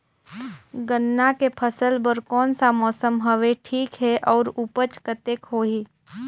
गन्ना के फसल बर कोन सा मौसम हवे ठीक हे अउर ऊपज कतेक होही?